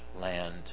land